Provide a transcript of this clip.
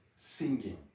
Singing